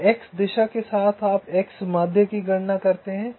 तो x दिशा के साथ आप x माध्य की गणना करते हैं